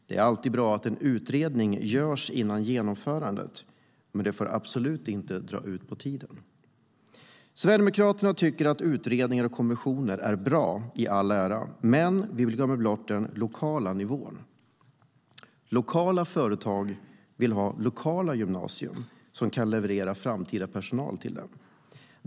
Det är alltid bra att en utredning görs före genomförande, men det får absolut inte dra ut på tiden. Sverigedemokraterna tycker att utredningar och kommissioner är bra, men vi glömmer bort den lokala nivån. Lokala företag vill ha lokala gymnasier som kan leverera framtida personal till dem.